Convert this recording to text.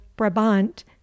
Brabant